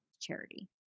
charity